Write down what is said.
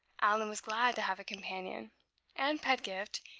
allan was glad to have a companion and pedgift,